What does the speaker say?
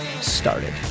started